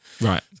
Right